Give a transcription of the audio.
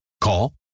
Call